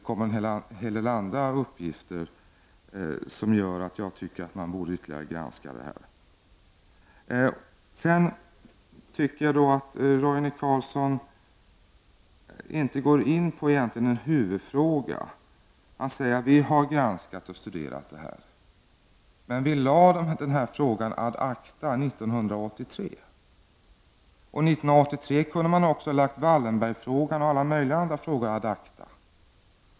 Även andra uppgifter gör att jag tycker att vi bör ytterligare granska Catalinaaffären. Roine Carlsson går enligt min mening inte in på själva huvudfrågan. Vi har studerat och granskat den här affären, men den lades ad acta 1983. Då kunde man också ha lagt Wallenbergaffären och många andra affärer ad acta.